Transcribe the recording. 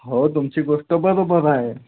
हो तुमची गोष्ट बरोबर आहे